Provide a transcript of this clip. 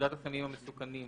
פקודת הסמים המסוכנים ,